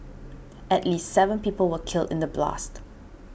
at least seven people were killed in the blast